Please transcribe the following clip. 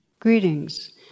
Greetings